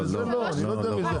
אני לא יודע מי זה.